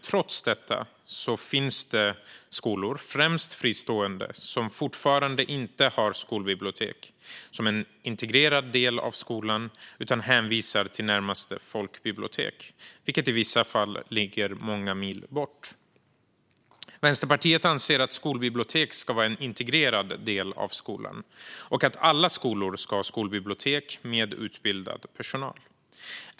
Trots detta finns det skolor, främst fristående, som fortfarande inte har skolbibliotek som en integrerad del av skolan utan hänvisar till närmaste folkbibliotek, vilket i vissa fall ligger många mil bort. Vänsterpartiet anser att skolbiblioteken ska vara en integrerad del av skolan och att alla skolor ska ha skolbibliotek med utbildad personal.